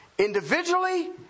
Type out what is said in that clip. Individually